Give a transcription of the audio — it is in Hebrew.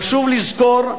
חשוב לזכור: